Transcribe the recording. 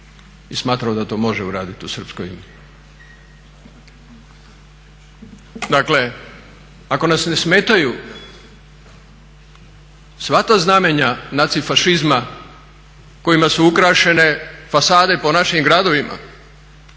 i smatrao da to može uraditi u srpsko ime. Dakle, ako nas ne smetaju sva ta znamenja nacifašizma kojima su ukrašene fasade po našim gradovima